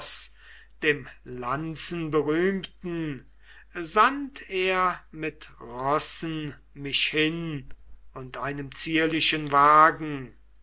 dem lanzenberühmten sandt er mit rossen mich hin und einem zierlichen wagen